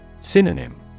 Synonym